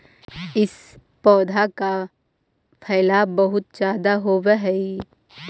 इस पौधे का फैलाव बहुत ज्यादा होवअ हई